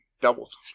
Doubles